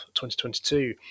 2022